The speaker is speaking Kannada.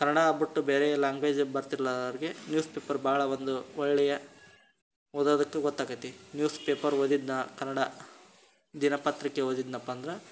ಕನ್ನಡ ಬಿಟ್ಟು ಬೇರೆ ಲಾಂಗ್ವೇಜ್ ಬರ್ತಿಲ್ಲಾರ್ಗೆ ನ್ಯೂಸ್ ಪೇಪರ್ ಭಾಳ ಒಂದು ಒಳ್ಳೆಯ ಓದೋದಕ್ಕೂ ಗೊತ್ತಾಗ್ತದೆ ನ್ಯೂಸ್ ಪೇಪರ್ ಓದಿದ್ನಾ ಕನ್ನಡ ದಿನಪತ್ರಿಕೆ ಓದಿದೆನಪ್ಪ ಅಂದ್ರೆ